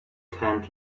tent